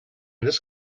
this